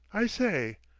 i say,